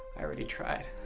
i already tried.